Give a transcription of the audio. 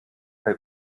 bei